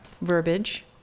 verbiage